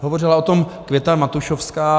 Hovořila o tom Květa Matušovská.